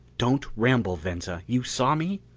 don't ramble, venza! you saw me?